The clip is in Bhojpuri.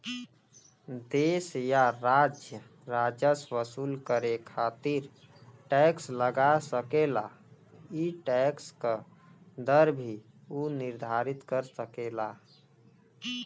देश या राज्य राजस्व वसूल करे खातिर टैक्स लगा सकेला ई टैक्स क दर भी उ निर्धारित कर सकेला